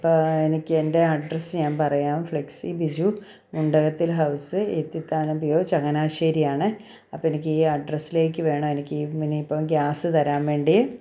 അപ്പം എനിക്ക് എൻ്റെ അഡ്രസ്സ് ഞാൻ പറയാം flexi Biju Mundakathil house Ethithanam P O ചങ്ങനാശ്ശേരിയാണ് അപ്പോൾ എനിക്ക് ഈ അഡ്രസ്സിലേക്ക് വേണം എനിക്ക് ഈ ഇനി ഇപ്പോൾ ഗ്യാസ് തരാൻ വേണ്ടി